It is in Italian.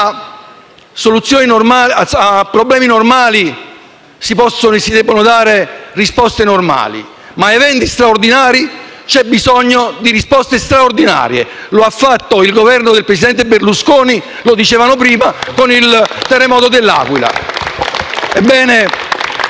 a problemi normali si possono e si devono dare risposte normali ma che, rispetto a eventi straordinari, c'è bisogno di risposte straordinarie. Lo ha fatto il Governo del presidente Berlusconi, come si diceva prima, con il terremoto di L'Aquila.